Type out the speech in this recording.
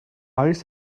oes